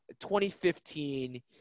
2015